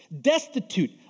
destitute